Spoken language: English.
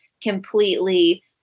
completely